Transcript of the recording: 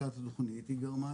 הפסקת התוכנית גרמה,